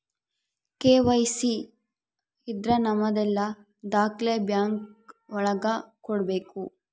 KYC ಇದ್ರ ನಮದೆಲ್ಲ ದಾಖ್ಲೆ ಬ್ಯಾಂಕ್ ಒಳಗ ಕೊಡ್ಬೇಕು